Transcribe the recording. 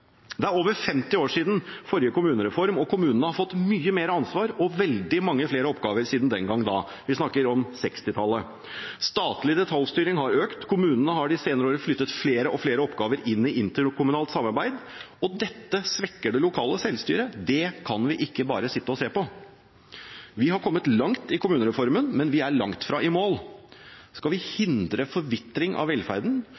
Det er over 50 år siden forrige kommunereform, og kommunene har fått mye mer ansvar og veldig mange flere oppgaver siden den gang. Vi snakker om 1960-tallet. Statlig detaljstyring har økt. Kommunene har de senere år flyttet flere og flere oppgaver inn i interkommunalt samarbeid, og dette svekker det lokale selvstyret. Det kan vi ikke bare sitte og se på. Vi har kommet langt i kommunereformen, men vi er langt fra i mål. Skal vi